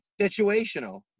situational